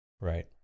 Right